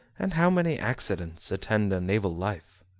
and how many accidents attend a naval life!